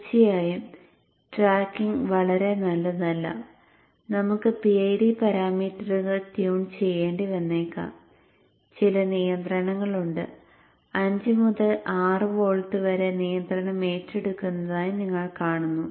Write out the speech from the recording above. തീർച്ചയായും ട്രാക്കിംഗ് വളരെ നല്ലതല്ല നമുക്ക് PID പാരാമീറ്ററുകൾ ട്യൂൺ ചെയ്യേണ്ടി വന്നേക്കാം ചില നിയന്ത്രണങ്ങളുണ്ട് 5 മുതൽ 6 വോൾട്ട് വരെ നിയന്ത്രണം ഏറ്റെടുക്കുന്നതായി നിങ്ങൾ കാണുന്നു